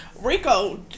Rico